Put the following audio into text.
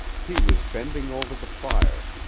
he was bending over the fire,